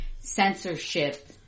censorship